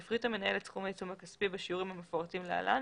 יפחית המנהל את סכום העיצום הכספי בשיעורים המפורטים להלן,